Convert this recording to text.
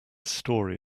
story